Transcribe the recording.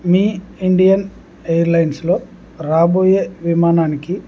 మీ Indian ఎయిర్లైన్స్లో రాబోయే విమానానికి